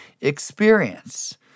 experience